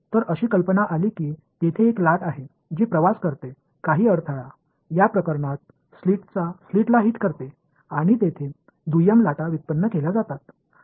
तर अशी कल्पना आली की तेथे एक लाट आहे जी प्रवास करते काही अडथळा या प्रकरणात स्लिटला हिट करते आणि तेथे दुय्यम लाटा व्युत्पन्न केल्या जातात